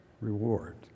reward